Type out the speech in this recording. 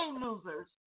losers